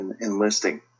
enlisting